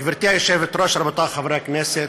גברתי היושבת-ראש, רבותי חברי הכנסת,